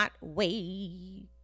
wait